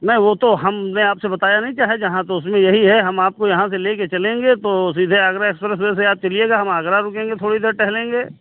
नहीं वह तो हमने आपसे बताया नहीं चाहे जहाँ तो उसमें यही है हम आपको यहाँ से लेकर चलेंगे तो सीधे आगरा एक्सप्रेस वे से आप चलिएगा हम आगरा रुकेंगे थोड़ी देर टहलेंगे